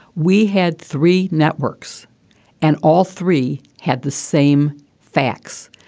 we had three networks and all three had the same facts.